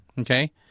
Okay